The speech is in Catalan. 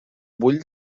vull